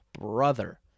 brother